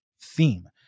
theme